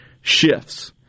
shifts